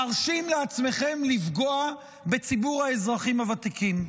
מרשים לעצמכם לפגוע בציבור האזרחים הוותיקים?